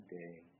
day